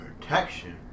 Protection